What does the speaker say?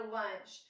lunch